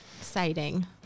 exciting